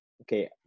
Okay